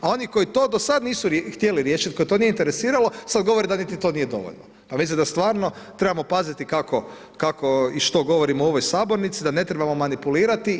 A oni koji to do sada nisu htjeli riješiti, koje to nije interesiralo sada govore da niti to nije dovoljno, a mislim da stvarno trebamo paziti kako i što govorimo u ovoj sabornici, da ne trebamo manipulirati.